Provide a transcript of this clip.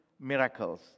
miracles